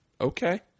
Okay